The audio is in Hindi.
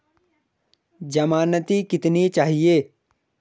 ज़मानती कितने चाहिये?